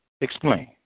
Explain